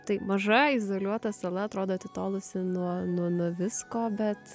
tai maža izoliuota sala atrodo atitolusi nuo nuo nuo visko bet